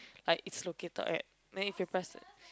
like is located right then if a person